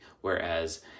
Whereas